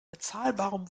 bezahlbarem